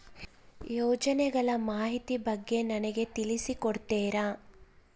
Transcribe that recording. ಯೋಜನೆಗಳ ಮಾಹಿತಿ ಬಗ್ಗೆ ನನಗೆ ತಿಳಿಸಿ ಕೊಡ್ತೇರಾ?